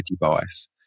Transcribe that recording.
bias